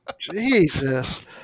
Jesus